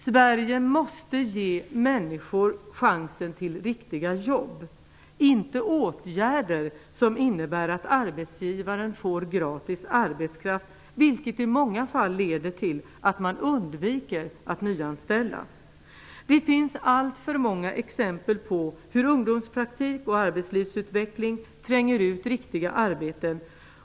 Sverige måste ge människor chansen till riktiga jobb, inte åtgärder som innebär att arbetsgivaren får gratis arbetskraft, vilket i många fall leder till att man undviker att nyanställa. Det finns alltför många exempel på hur ungdomspraktik och ALU tränger ut riktiga arbeten.